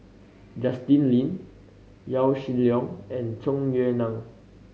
Justin Lean Yaw Shin Leong and Tung Yue Nang